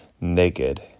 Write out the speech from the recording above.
Naked